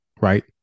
right